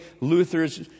Luther's